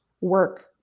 work